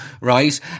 right